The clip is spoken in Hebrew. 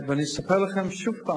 אני אספר לכם שוב,